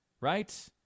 right